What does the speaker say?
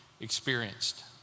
experienced